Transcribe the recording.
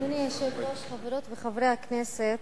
אדוני היושב-ראש, חברות וחברי הכנסת,